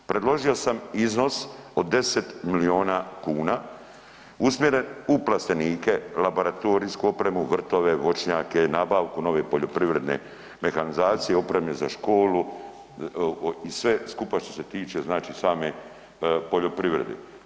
Predložio sam iznos od 10 milijona kuna usmjeren u plastenike, laboratorijsku opremu, vrtove, voćnjake, nabavku nove poljoprivredne mehanizacije, opreme za školu i sve skupa što se tiče znači same poljoprivrede.